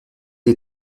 est